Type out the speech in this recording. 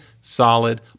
solid